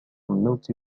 multi